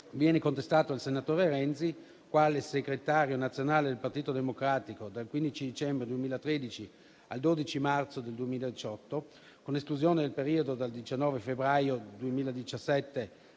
viene contestato al senatore Renzi, quale segretario nazionale del Partito Democratico dal 15 dicembre 2013 al 12 marzo 2018, con esclusione del periodo dal 19 febbraio 2017